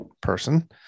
person